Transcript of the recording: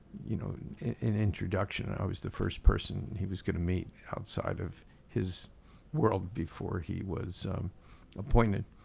you know an introduction, i was the first person he was gonna meet outside of his world before he was appointed.